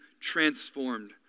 transformed